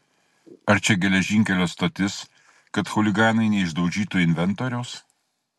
ar čia geležinkelio stotis kad chuliganai neišdaužytų inventoriaus